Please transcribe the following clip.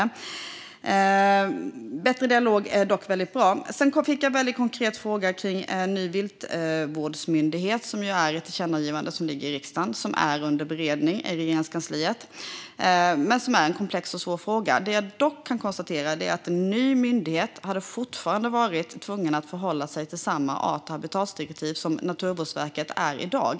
Bättre dialog är dock väldigt bra. Jag fick en konkret fråga om en ny viltvårdsmyndighet, där det finns ett tillkännagivande från riksdagen som är under beredning i Regeringskansliet. Detta är en komplex och svår fråga. Det jag kan konstatera är att en ny myndighet fortfarande hade varit tvungen att förhålla sig till samma art och habitatdirektiv som Naturvårdsverket är i dag.